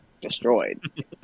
destroyed